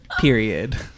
Period